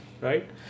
right